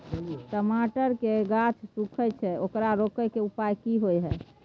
टमाटर के गाछ सूखे छै ओकरा रोके के उपाय कि होय है?